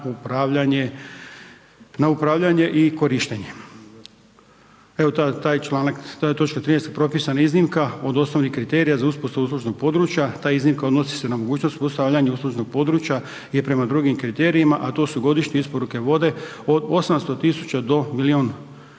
na upravljanje i korištenje. Evo taj članak, ta točka 13. je propisana iznimka od osnovnih kriterija za uspostavu uslužnog području, ta iznimka odnosi se na mogućnost uspostavljanja uslužnog područja je prema drugim kriterijima, a to su godišnje isporuke vode, od 800 000 do milijun